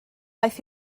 aeth